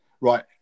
Right